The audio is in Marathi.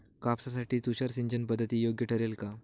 कापसासाठी तुषार सिंचनपद्धती योग्य ठरेल का?